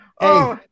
hey